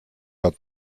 got